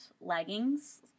leggings